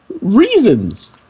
reasons